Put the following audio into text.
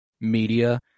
media